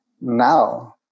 now